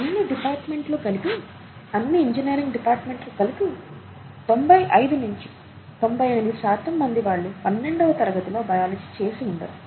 అన్ని డిపార్ట్మెంట్లు కలిపి అన్ని ఇంజనీరింగ్ డిపార్ట్మెంట్లు కలిపి తొభై ఐదు నించి తొంబై ఎనిమిది శాతం మంది వాళ్ళ పన్నెండవ తరగతిలో బయాలజీ చేసి ఉండరు